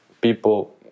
people